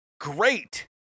great